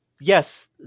yes